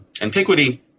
antiquity